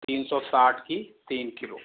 तीन सौ साठ की तीन किलो